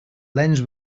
lens